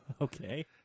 Okay